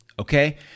Okay